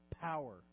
power